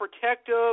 protective